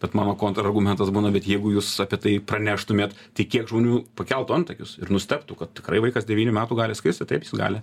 bet mano kontrargumentas būna bet jeigu jūs apie tai praneštumėt tik kiek žmonių pakeltų antakius ir nustebtų kad tikrai vaikas devynių metų gali skristi taip jis gali